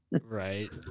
Right